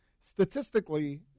statistically